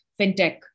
fintech